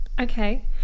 Okay